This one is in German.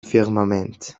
firmament